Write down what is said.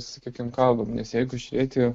sakykim kalbam nes jeigu žiūrėti